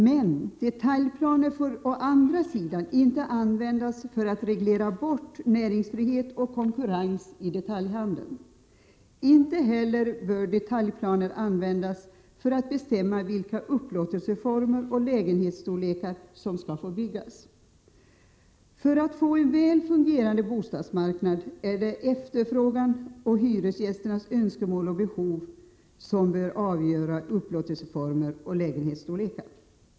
Men detaljplaner får å andra sidan inte användas för att reglera bort näringsfrihet och konkurrens i detaljhandeln. Inte heller bör detaljplaner användas för att bestämmma vilka upplåtelseformer och lägenhetsstorlekar det skall vara. För att få en väl fungerande bostadsmarknad är det efterfrågan och hyresgästernas önskemål och behov som bör avgöra upplåtelseformer och lägenhetsstorlekar.